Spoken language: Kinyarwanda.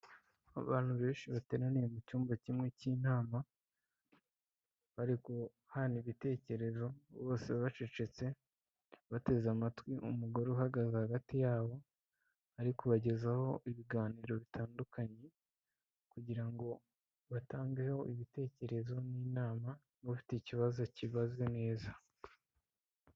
Abantu benshi bateraniye mu cyumba kimwe cy'inama bari guhana ibitekerezo, bose bacecetse bateze amatwi umugore uhagaze hagati yabo, ari kubagezaho ibiganiro bitandukanye kugira ngo batangeho ibitekerezo n'inama bafite ikibazo akibaze neza.